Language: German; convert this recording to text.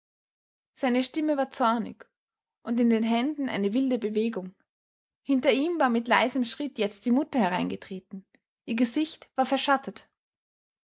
seine stimme war zornig und in den händen eine wilde bewegung hinter ihm war mit leisem schritt jetzt die mutter hereingetreten ihr gesicht war verschattet